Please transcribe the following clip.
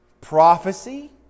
prophecy